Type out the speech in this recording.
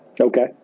Okay